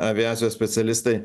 aviacijos specialistai